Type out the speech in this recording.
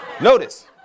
notice